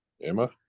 Emma